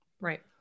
Right